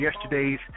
yesterday's